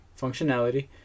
Functionality